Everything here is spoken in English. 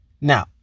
Now